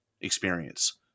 experience